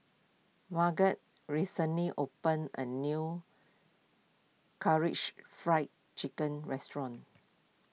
Marget recently opened a new Karaage Fried Chicken restaurant